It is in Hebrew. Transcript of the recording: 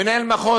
מנהל מחוז,